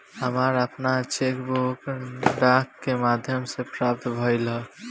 हमरा आपन cheque book डाक के माध्यम से प्राप्त भइल ह